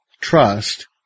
trust